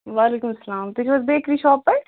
وعلیکم سلام تُہۍ چھُو حظ بیٚکری شاپ پٮ۪ٹھ